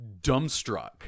dumbstruck